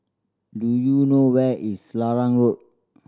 do you know where is Selarang Road